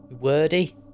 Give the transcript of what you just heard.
Wordy